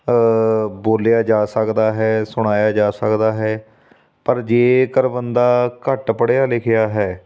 ਬੋਲਿਆ ਜਾ ਸਕਦਾ ਹੈ ਸੁਣਾਇਆ ਜਾ ਸਕਦਾ ਹੈ ਪਰ ਜੇਕਰ ਬੰਦਾ ਘੱਟ ਪੜ੍ਹਿਆ ਲਿਖਿਆ ਹੈ